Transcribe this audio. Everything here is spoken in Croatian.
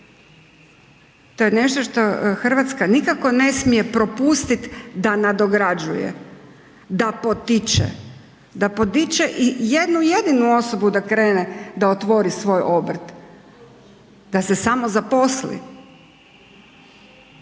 To je nešto što Hrvatska nikako ne smije propustiti da nadograđuje. Da potiče, da potiče i jednu jedinu osobu da otvori svoj obrt, da se samozaposli.